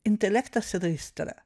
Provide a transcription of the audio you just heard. intelektas ir aistra